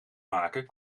maken